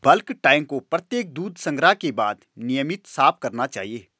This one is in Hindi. बल्क टैंक को प्रत्येक दूध संग्रह के बाद नियमित साफ करना चाहिए